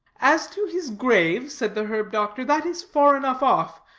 as to his grave, said the herb-doctor, that is far enough off,